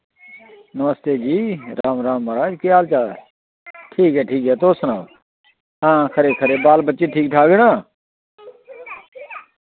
नमस्ते जी राम राम माराज केह् हाल चाल ऐ ठीक ऐ ठीक ऐ तुस सनाओ हां खरे खरे बाल बच्चे ठीक ठाक न